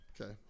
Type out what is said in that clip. Okay